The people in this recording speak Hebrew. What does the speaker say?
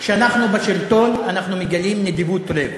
כשאנחנו בשלטון אנחנו מגלים נדיבות לב.